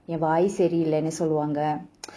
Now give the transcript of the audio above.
என் வாயு சரியில்லனு சொல்லுவாங்க:en vaayu sariyillanu solluvanga